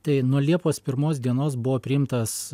tai nuo liepos pirmos dienos buvo priimtas